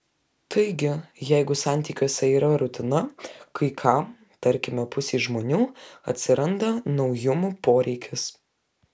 taigi jeigu santykiuose yra rutina kai kam tarkime pusei žmonių atsiranda naujumų poreikis